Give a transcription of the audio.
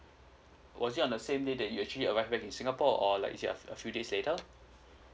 was it on the same day that you actually arrive back in singapore or like is it a few days later